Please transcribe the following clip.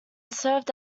served